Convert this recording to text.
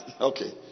Okay